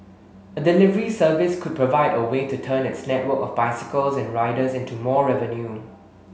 a delivery service could provide a way to turn its network of bicycles and riders into more revenue